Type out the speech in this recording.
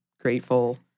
grateful